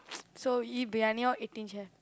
so we eat briyani or Eighteen-Chefs